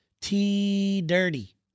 T-Dirty